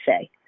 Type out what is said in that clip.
say